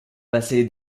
passé